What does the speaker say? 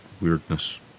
weirdness